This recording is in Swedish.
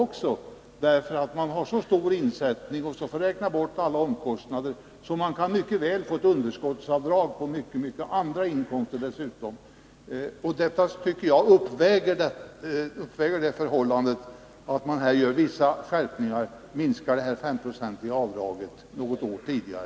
Om man gör stora insättningar och räknar bort alla omkostnader kan man mycket väl få underskottsavdrag på andra inkomster. Det uppväger det förhållandet att man här gör vissa skärpningar, att man minskar det 5-procentiga avdraget något år tidigare.